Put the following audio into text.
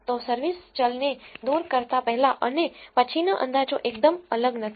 તો service ચલને દૂર કરતાં પહેલાં અને પછીના અંદાજો એકદમ અલગ નથી